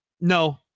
No